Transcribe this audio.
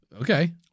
Okay